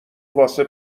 واسه